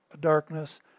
darkness